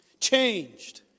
Changed